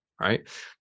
right